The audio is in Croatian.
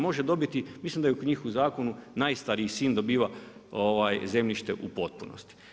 Može dobiti, mislim da je kod njih u zakonu najstariji sin dobiva zemljište u potpunosti.